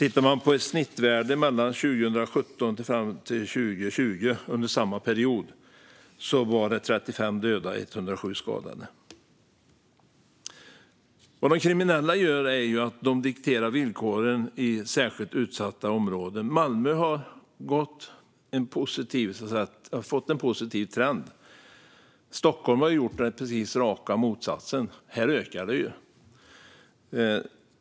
I snitt för samma period 2017-2020 var det 35 döda och 107 skadade. Vad de kriminella gör är att de dikterar villkoren i särskilt utsatta områden. Malmö har fått en positiv trend. Stockholm har fått raka motsatsen. Här ökar det.